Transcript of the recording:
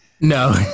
No